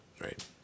Right